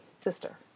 sister